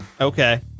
Okay